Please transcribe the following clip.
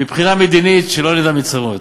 מבחינה מדינית, שלא נדע מצרות.